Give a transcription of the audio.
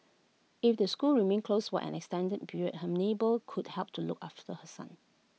if the schools remain closed for an extended period her neighbour could help to look after the her son